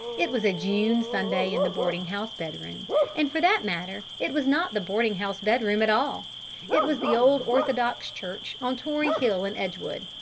it was a june sunday in the boarding-house bedroom and for that matter it was not the boarding-house bedroom at all it was the old orthodox church on tory hill in edgewood.